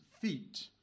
feet